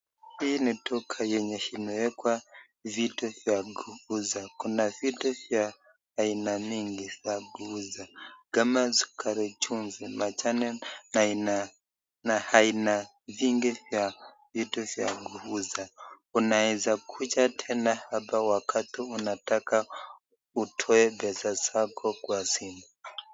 Hii ni duka yenye imeekwa vitu vya kuuza , kuna vitu za aina mingi za kuuza, kama sukari, chumvi, majani na aina vingi vya vitu vya kuuza , unaeza kuja tena hapa wakati unataka utoe pesa zako kwa simu.